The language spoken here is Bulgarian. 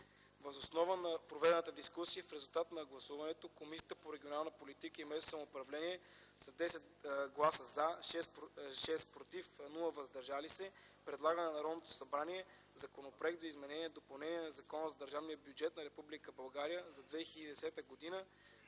Въз основа на проведената дискусия в резултат на гласуването Комисията по регионална политика и местно самоуправление с 10 гласа „за”, 6 „против” и без „въздържали се” предлага на Народното събрание Законопроектът за изменение и допълнение на Закона за държавния бюджет на Република България за 2010 г.,